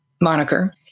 moniker